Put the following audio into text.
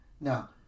Now